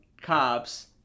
cops